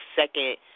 second